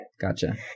Gotcha